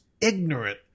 ignorant